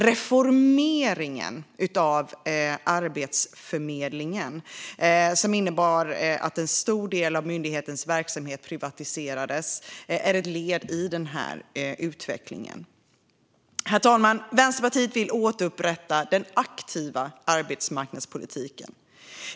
"Reformeringen" av Arbetsförmedlingen, som innebar att en stor del av myndighetens verksamhet privatiserades, är ett led i den här utvecklingen. Herr talman! Vänsterpartiet vill återupprätta den aktiva arbetsmarknadspolitiken.